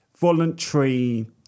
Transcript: voluntary